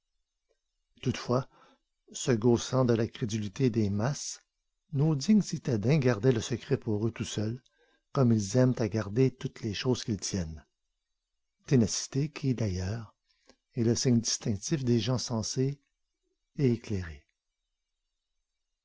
toutefois se gaussant de la crédulité des masses nos dignes citadins gardaient le secret pour eux tout seuls comme ils aiment à garder toutes les choses qu'ils tiennent ténacité qui d'ailleurs est le signe distinctif des gens sensés et éclairés